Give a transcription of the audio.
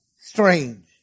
strange